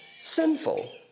sinful